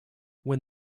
when